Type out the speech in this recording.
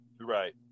Right